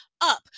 up